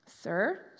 Sir